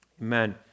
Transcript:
Amen